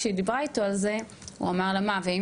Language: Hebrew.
כשהיא דיברה אתו על זה אז הוא אמר לה: ׳מה ואם